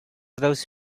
those